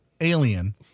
alien